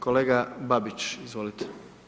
Kolega Babić, izvolite.